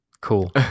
Cool